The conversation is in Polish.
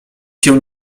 się